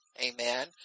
Amen